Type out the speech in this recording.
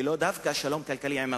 ולאו דווקא לשלום כלכלי עם הפלסטינים.